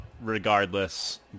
regardless